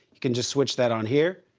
you can just switch that on here.